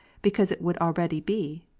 because it would already be.